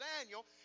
Daniel